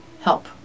help